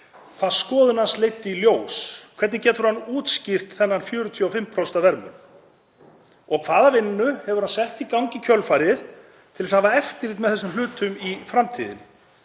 hvað skoðun hans leiddi í ljós. Hvernig getur hann útskýrt þennan 45% verðmun og hvaða vinnu hefur hann sett í gang í kjölfarið til að hafa eftirlit með þessum hlutum í framtíðinni?